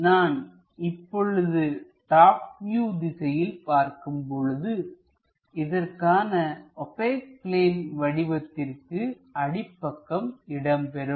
நான் இப்பொழுது top view திசையில் பார்க்கும்போது இதற்கான ஓபெக் பிளேன் வடிவத்திற்கு அடிப்பக்கம் இடம்பெறும்